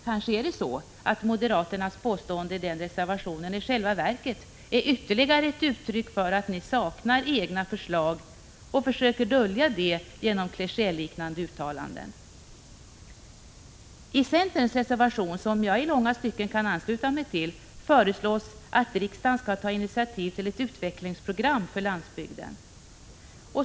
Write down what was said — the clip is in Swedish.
Kanske är det så att moderaternas påståenden i den reservationen i själva verket är ytterligare ett uttryck för att moderaterna saknar egna förslag och försöker dölja detta genom klichéliknande uttalanden? I centerns reservation, som jag i långa stycken kan ansluta mig till, föreslås att riksdagen skall ta initiativ till ett utvecklingsprogram för landsbygden.